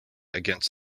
against